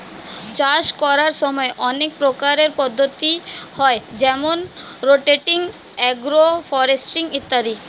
চাষ করার সময় অনেক প্রকারের পদ্ধতি হয় যেমন রোটেটিং, এগ্রো ফরেস্ট্রি ইত্যাদি